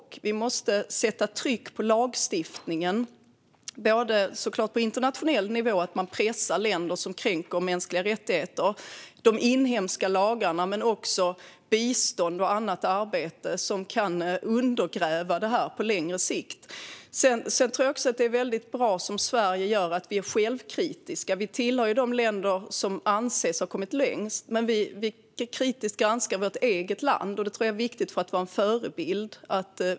Jag tror att vi måste sätta tryck på lagstiftningen, både på internationell nivå - att man pressar länder som kränker mänskliga rättigheter - och på de inhemska lagarna. Men det handlar också om bistånd och annat arbete som kan undergräva detta på längre sikt. Jag tror också att det är bra att som Sverige vara självkritiska. Vi tillhör ju de länder som anses ha kommit längst, men vi ska kritiskt granska vårt eget land. Det tror jag är viktigt för att vi ska kunna vara en förebild.